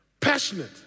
passionate